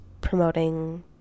promoting